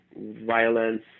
violence